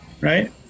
Right